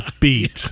beat